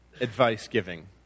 advice-giving